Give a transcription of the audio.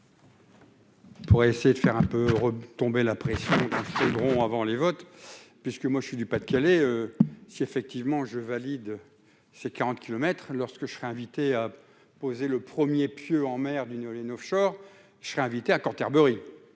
Pour essayer de faire un peu retomber la pression bon avant les votes, puisque moi je suis du Pas-de-Calais si effectivement je valide, c'est 40 kilomètres lorsque je serai invitée à poser le 1er pieux en mer d'une éolienne Offshore je suis invitée à Canterbury,